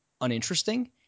uninteresting